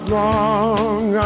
long